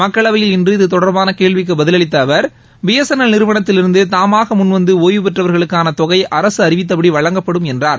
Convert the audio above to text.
மக்களவையில் இன்று இது தொடர்பான கேள்விக்கு பதிலளித்த அவர் பி எஸ் என் எல் நிறுவனத்திலிருந்து தாமாக முன்வந்து ஓய்வுபெற்றவர்களுக்கான தொகை அரசு அறிவித்தபடி வழங்கப்படும் என்றார்